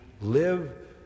live